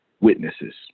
witnesses